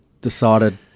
decided